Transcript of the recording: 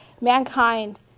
mankind